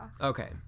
Okay